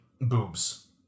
boobs